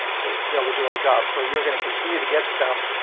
to to be able to do our job. so you're gonna continue to get stuff